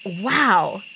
wow